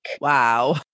Wow